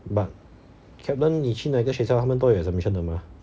but Kaplan 你去那个学校他们都有 exemption 的 mah